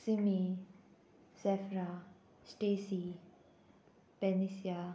सिमी सॅफ्रा स्टेसी पेनीसिया